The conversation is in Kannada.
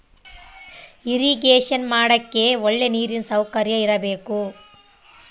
ಇರಿಗೇಷನ ಮಾಡಕ್ಕೆ ಒಳ್ಳೆ ನೀರಿನ ಸೌಕರ್ಯ ಇರಬೇಕು